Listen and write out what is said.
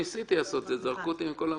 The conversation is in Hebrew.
ניסיתי לעשות את זה וזרקו אותי מכל המדרגות.